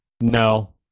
No